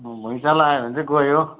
भुइँचालो आयो भने चाहिँ गोयो